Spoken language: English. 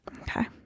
Okay